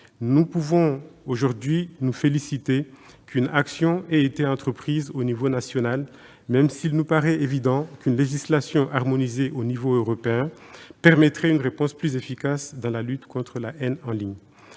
Nous pouvons nous féliciter qu'une action ait été entreprise à l'échelon national, même s'il nous paraît évident qu'une législation harmonisée au plan européen permettrait une réponse plus efficace dans cette lutte contre la haine en ligne.